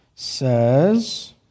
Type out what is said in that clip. Says